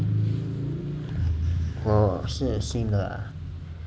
我是新的啊